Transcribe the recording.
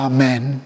Amen